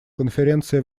конференция